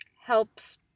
helps